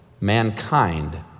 mankind